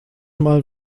mal